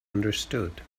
understood